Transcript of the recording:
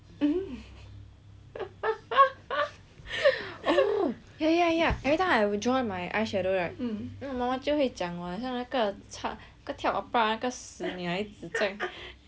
oh ya ya every time I will draw my eye shadow right then 我妈妈就会讲我好像那个唱跳 opera 的那个死女孩子将